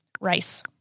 Rice